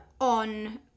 on